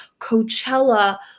Coachella